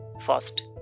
First